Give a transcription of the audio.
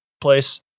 place